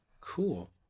Cool